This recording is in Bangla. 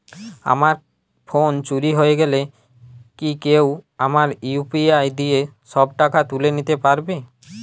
আমার ফোন চুরি হয়ে গেলে কি কেউ আমার ইউ.পি.আই দিয়ে সব টাকা তুলে নিতে পারবে?